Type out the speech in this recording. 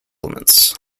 elements